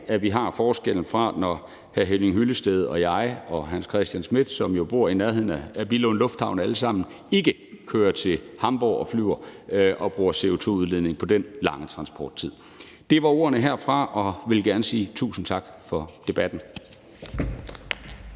vi har forskellen, i forhold til når hr. Henning Hyllested, hr. Hans Christian Schmidt og jeg, som jo alle sammen bor i nærheden af Billund Lufthavn, ikke kører til Hamborg og flyver derfra og bruger af CO2-udledning på den lange transporttid. Det var ordene herfra, og jeg vil gerne sige tusind tak for debatten.